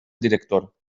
director